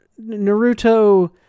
Naruto